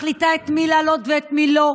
מחליטה את מי להעלות ואת מי לא,